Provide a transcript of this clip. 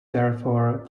therefore